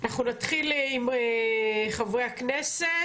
אנחנו נתחיל עם חברי הכנסת,